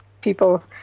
people